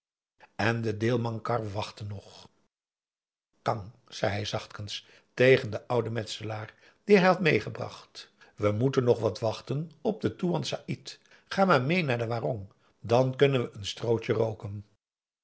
en de deelemankar wachtte nog kang zei hij zachtkens tegen den ouden metselaar dien hij had meegebracht we moeten nog wat wachten op den toean saïd ga maar mee naar den warong dan kunnen we een strootje rooken